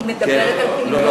היא מדברת על פעילויות תרבות.